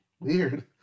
weird